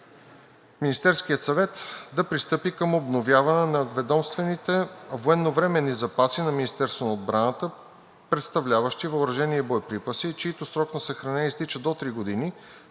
Министерският съвет да пристъпи към обновяване на ведомствените военновременни запаси на Министерството на отбраната, представляващи въоръжение и боеприпаси, чийто срок на съхранение изтича до три години,